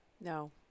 No